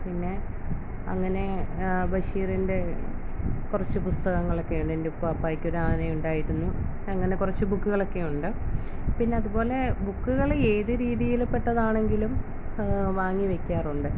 പിന്നെ അങ്ങനെ ബഷീറിൻ്റെ കുറച്ച് പുസ്തകങ്ങളൊക്കെയുണ്ട് എൻറ്റുപ്പുപ്പായ്ക്കൊരാനയുണ്ടായിരുന്നു അങ്ങനെ കുറച്ച് ബുക്കുകളൊക്കെയുണ്ട് പിന്നതുപോലെ ബുക്ക്കൾ ഏതുരീതിയിൽ പെട്ടതാണെങ്കിലും വാങ്ങി വെയ്ക്കാറുണ്ട്